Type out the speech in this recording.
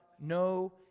no